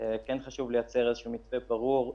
כן חשוב לייצר איזשהו מתווה ברור,